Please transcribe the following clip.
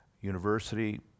University